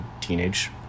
teenage